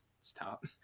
stop